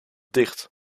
dicht